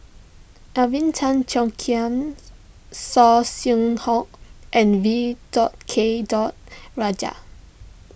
Alvin Tan Cheong Kheng Saw Swee Hock and V dot K dot Rajah